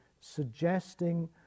suggesting